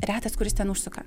retas kuris ten užsuka